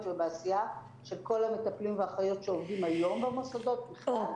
ובעשייה של כל המטפלים והאחיות שעובדים היום במוסדות בכלל,